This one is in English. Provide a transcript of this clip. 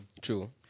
True